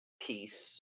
peace